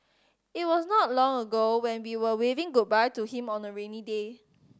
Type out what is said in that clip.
it was not long ago when we were waving goodbye to him on a rainy day